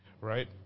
right